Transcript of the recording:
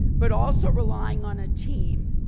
but also relying on a team.